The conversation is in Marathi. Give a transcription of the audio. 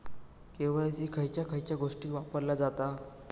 के.वाय.सी खयच्या खयच्या गोष्टीत वापरला जाता?